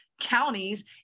counties